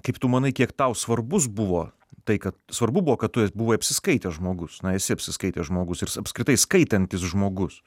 kaip tu manai kiek tau svarbus buvo tai kad svarbu buvo kad tu buvai apsiskaitęs žmogus esi apsiskaitęs žmogus ir sapskritai skaitantis žmogus